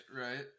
right